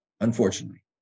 unfortunately